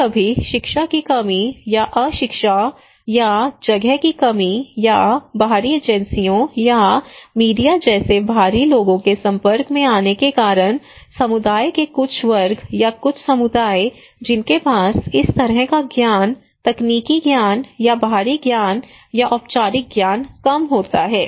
कभी कभी शिक्षा की कमी या अशिक्षा या जगह की कमी या बाहरी एजेंसियों या मीडिया जैसे बाहरी लोगों के संपर्क में आने के कारण समुदाय के कुछ वर्ग या कुछ समुदाय जिनके पास इस तरह का ज्ञान तकनीकी ज्ञान या बाहरी ज्ञान या औपचारिक ज्ञान कम होता है